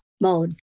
mode